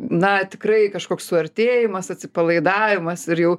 na tikrai kažkoks suartėjimas atsipalaidavimas ir jau